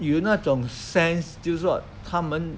有那种 sense 就是说他们